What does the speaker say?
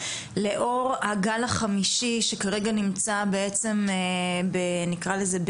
לאור הגל החמישי שכרגע נמצא בעצם בנקרא לזה,